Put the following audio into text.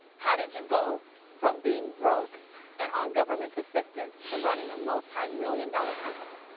how did you go from being broke and on government assistance to running a multimillion dollar company?